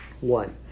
One